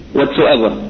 whatsoever